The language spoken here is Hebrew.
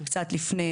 קצת לפני,